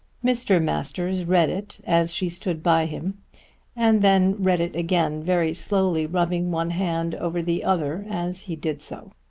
mr. masters read it as she stood by him and then read it again very slowly rubbing one hand over the other as he did so.